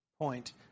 point